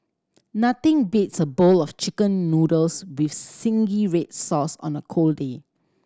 nothing beats a bowl of Chicken Noodles with zingy red sauce on a cold day